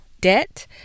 debt